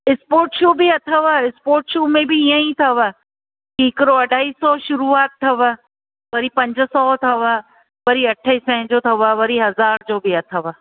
sport शू बि अथव इस्पोट शू में बि इअं ई अथव की हिकिड़ो अढाई सौ शुरूआत अथव वरी पंज सौ अथव वरी अठ सै जो अथव वरी हज़ार जो बि अथव